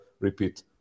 repeat